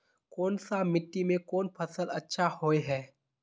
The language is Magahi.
कोन सा मिट्टी में कोन फसल अच्छा होय है?